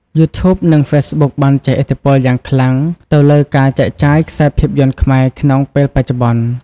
យូធូបនិង ហ្វេសប៊ុកបានជះឥទ្ធិពលយ៉ាងខ្លាំង ទៅលើការចែកចាយខ្សែភាពយន្តខ្មែរក្នុងពេលបច្ចុប្បន្ន។